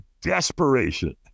desperation